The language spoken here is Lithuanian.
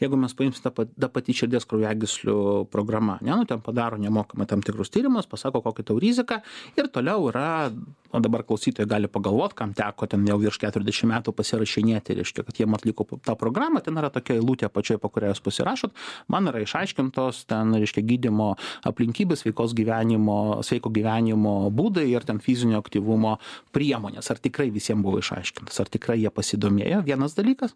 jeigu mes paims tą da pati širdies kraujagyslių programa ane nu ten padaro nemokamai tam tikrus tyrimus pasako kokį tau rizika ir toliau yra o dabar klausytojai gali pagalvot kam teko ten jau virš keturiasdešim metų pasirašinėti reiškia kad jiem atliko tą programą ten yra tokia eilutė apačioj po kuria jūs pasirašot man yra išaiškintos ten reiškia gydymo aplinkybės sveikos gyvenimo sveiko gyvenimo būdai ir ten fizinio aktyvumo priemonės ar tikrai visiem buvo išaiškinas ar tikrai jie pasidomėjo vienas dalykas